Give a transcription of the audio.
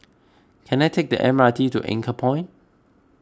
can I take the M R T to Anchorpoint